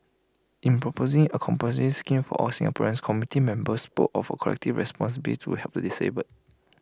in proposing A compulsory scheme for all Singaporeans committee members spoke of A collective responsibility to help the disabled